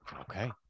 Okay